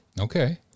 Okay